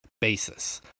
basis